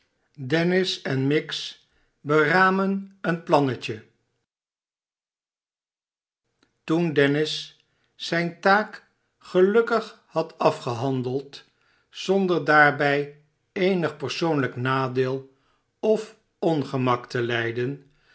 dennis en miggs beramen een plannetje toen dennis zijne taak gelukkig had afgehandeld zonder daarbij eenig persoonlijk nadeel of ongemak te lijden